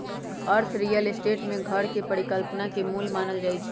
अर्थ real estate में घर के परिकल्पना के मूल मानल जाई छई